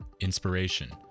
inspiration